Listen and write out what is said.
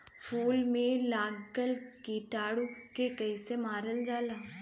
फूल में लगल कीटाणु के कैसे मारल जाला?